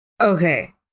okay